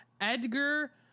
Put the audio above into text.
edgar